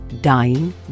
dying